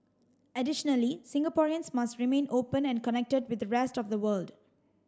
additionally Singaporeans must remain open and connected with the rest of the world